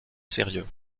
sérieux